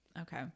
Okay